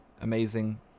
amazing